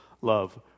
love